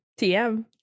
TM